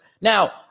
Now